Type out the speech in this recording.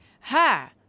Ha